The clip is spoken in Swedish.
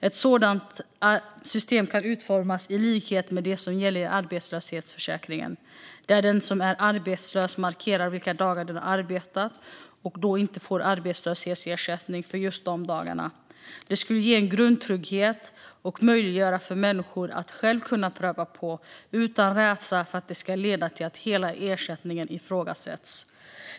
Ett sådant system kan utformas i likhet med det som gäller i arbetslöshetsförsäkringen, där den som är arbetslös markerar vilka dagar den arbetat och då inte får arbetslöshetsersättning för just de dagarna. Det skulle ge en grundtrygghet och möjliggöra för människor att prova på utan rädsla för att det ska leda till att hela ersättningen ifrågasätts.